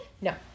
No